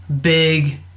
Big